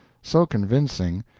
so convincing,